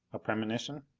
a premonition?